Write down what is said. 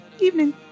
evening